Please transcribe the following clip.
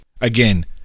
Again